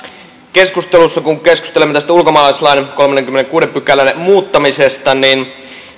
keskustelussa kun keskustelemme tästä ulkomaalaislain kolmannenkymmenennenkuudennen pykälän muuttamisesta